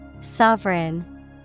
Sovereign